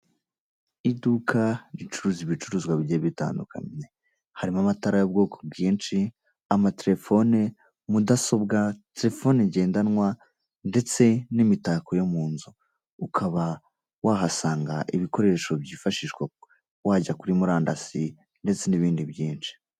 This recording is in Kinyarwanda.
Iduka ricuruza ibicuruzwa bigiye bitandukanye harimo amatara y'ubwoko bwinshi, amatelefone, mudasobwa, telefoni ngendanwa, ndetse n'imitako yo mu nzu, ukaba wahasanga ibikoresho byifashishwa, wajya kuri murandasi ndetse n'ibindi byinshi.